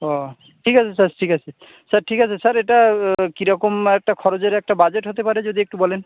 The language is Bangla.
ও ঠিক আছে স্যার ঠিক আছে স্যার ঠিক আছে স্যার এটা কী রকম একটা খরচের একটা বাজেট হতে পারে যদি একটু বলেন